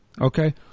Okay